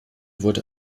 wurde